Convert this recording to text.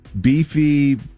beefy